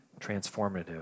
transformative